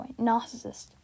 Narcissist